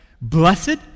Blessed